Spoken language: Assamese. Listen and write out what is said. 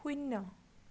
শূন্য